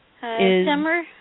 Summer